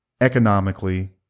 economically